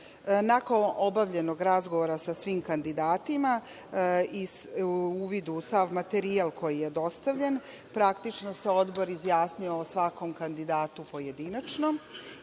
obavljenog razgovora sa svim kandidatima i uvid u sav materijal koji je dostavljen, praktično se Odbor izjasnio o svakom kandidatu pojedinačno.